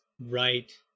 Right